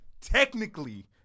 Technically